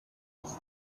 teach